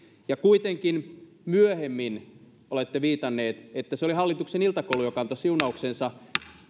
ja kuitenkin myöhemmin olette viitanneet että se oli hallituksen iltakoulu joka antoi siunauksensa